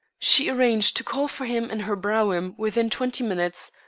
she arranged to call for him in her brougham within twenty minutes,